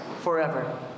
forever